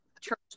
church